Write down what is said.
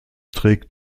trägt